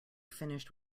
finished